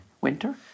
Winter